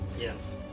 Yes